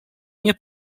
nie